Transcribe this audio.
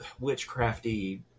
witchcrafty